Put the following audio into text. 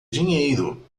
dinheiro